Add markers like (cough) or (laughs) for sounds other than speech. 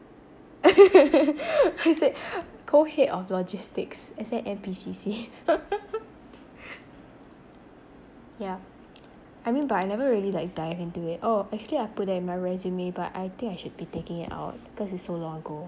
(laughs) put head of logistics as in N_P_C_C (laughs) yeah I mean but I never really like dive into it oh actually I put that in my resume but I think I should be taking it out cause it's so long ago